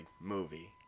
movie